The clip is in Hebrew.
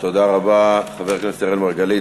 תודה רבה, חבר הכנסת אראל מרגלית.